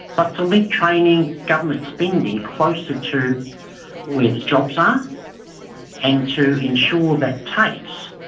but to link training government spending closer to where the jobs are and to ensure that tafes,